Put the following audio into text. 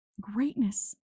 Greatness